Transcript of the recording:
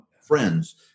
friends